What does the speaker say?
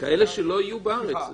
כאלה שלא יהיו בארץ.